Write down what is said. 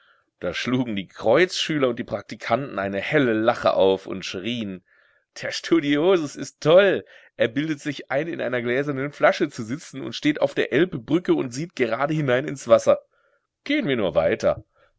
da schlugen die kreuzschüler und die praktikanten eine helle lache auf und schrieen der studiosus ist toll er bildet sich ein in einer gläsernen flasche zu sitzen und steht auf der elbbrücke und sieht gerade hinein ins wasser gehen wir nur weiter